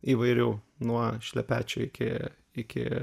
įvairių nuo šlepečių iki iki